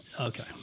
Okay